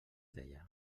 deia